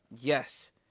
yes